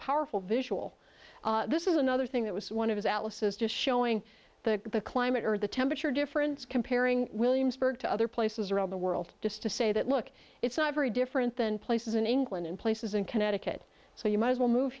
powerful visual this is another thing that was one of his alice is just showing that the climate or the temperature difference comparing williamsburg to other places around the world just to say that look it's not very different than places in england in places in connecticut so you might as well move